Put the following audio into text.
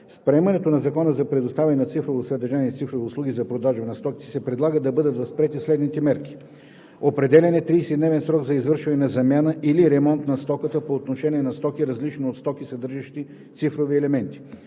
С приемането на Закона за предоставяне на цифрово съдържание и цифрови услуги и за продажбата на стоки се предлага да бъдат възприети следните мерки: - Определяне на 30-дневен срок за извършване на замяна или ремонт на стоката по отношение на стоки, различни от стоки, съдържащи цифрови елементи.